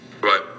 Right